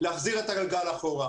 להחזיר את הגלגל אחורה.